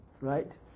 right